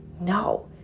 No